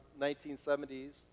1970s